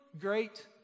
great